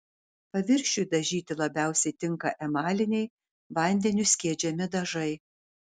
paviršiui dažyti labiausiai tinka emaliniai vandeniu skiedžiami dažai